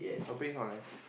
her place not nice